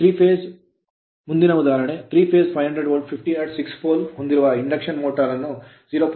3 phase phase 500 volt 50 hertz hertz 6 pole pole ಹೊಂದಿರುವ induction motor induction motor 0